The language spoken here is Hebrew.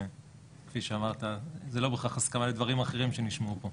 וכפי שאמרת זה לא בהכרח הסכמה לדברים אחרים שנשמעו פה.